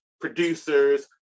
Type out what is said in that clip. producers